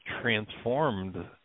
transformed